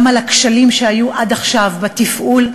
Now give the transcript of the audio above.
וגם על הכשלים שהיו עד עכשיו בתפעול.